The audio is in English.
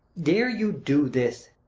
dare you do this?